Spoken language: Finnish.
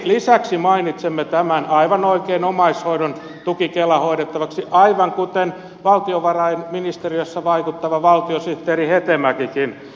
lisäksi mainitsemme aivan oikein omaishoidon tuki kelan hoidettavaksi aivan kuten valtiovarainministeriössä vaikuttava valtiosihteeri hetemäkikin